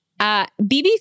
BB